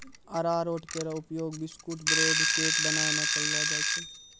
अरारोट केरो उपयोग biscuit, bread, cake बनाय म कयलो जाय छै